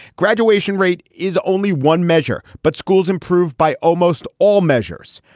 graduation rate is only one measure. but schools improved by almost all measures.